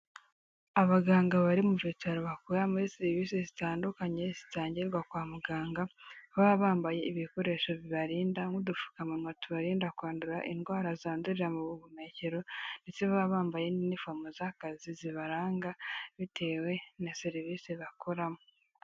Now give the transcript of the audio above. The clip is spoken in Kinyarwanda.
Abaganga bari mu bitaro bakora muri serivisi zitandukanye zitangirwa kwa muganga baba bambaye ibikoresho bibarinda nk'udupfukamunwa tubarinda kwandura indwara zandurira mu buhumekero ndetse baba bambaye na inifomo z'akazi zibaranga bitewe na serivisi bakoramo.